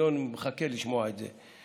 וינון מחכה לשמוע את זה,